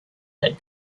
had